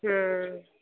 हूँ